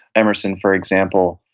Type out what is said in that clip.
emerson, for example,